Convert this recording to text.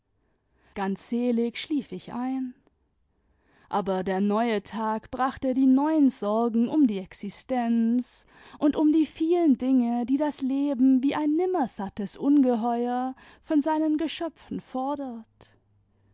ganz selig schlief ich ein aber der neue tag brachte die neuen sorgen um die existenz und um die vielen dinge die das leben wie ein ninunersattes ungeheuer von seinen geschöpfen fordert